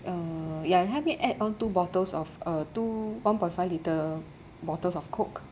uh ya help me add on two bottles of uh two one point five litre bottles of coke